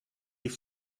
die